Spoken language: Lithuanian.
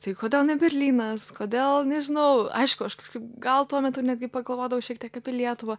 tai kodėl ne berlynas kodėl nežinau aišku aš kažkaip gal tuo metu netgi pagalvodavau šiek tiek apie lietuvą